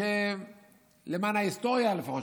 למען ההיסטוריה לפחות,